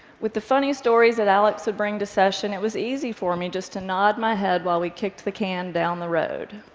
with the funny stories that alex would bring to session, it was easy for me just to nod my head while we kicked the can down the road.